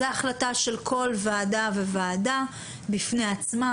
זו החלטה של כל ועדה וועדה בפני עצמה,